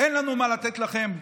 אין לנו מה לתת לכם.